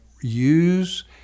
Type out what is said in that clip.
use